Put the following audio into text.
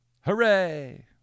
Hooray